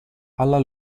alla